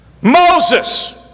Moses